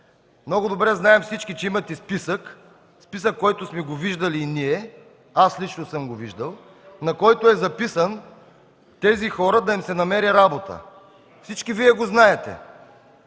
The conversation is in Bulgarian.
Много добре знаем всички, че имате списък, който сме виждали и ние – лично аз съм го виждал, на който е записано: „На тези хора да им се намери работа”. Всички Вие го знаете.